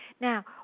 Now